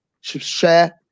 share